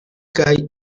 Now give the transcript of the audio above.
kaj